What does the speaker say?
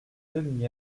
demi